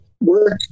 work